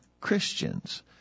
Christians